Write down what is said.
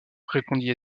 répondit